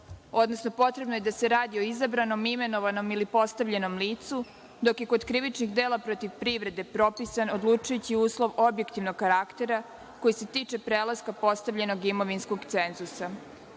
odnosno potrebno je da se radi o izabranom, imenovanom ili postavljenom licu, dok je kod krivičnih dela protiv privrede propisan odlučujući uslov objektivnog karaktera koji se tiče prelaska postavljenog imovinskog cenzusa.Za